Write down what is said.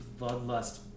bloodlust